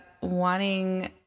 wanting